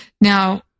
Now